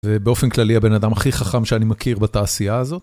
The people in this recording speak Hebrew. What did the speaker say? ובאופן כללי הבן אדם הכי חכם שאני מכיר בתעשייה הזו.